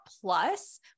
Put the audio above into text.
plus